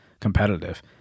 competitive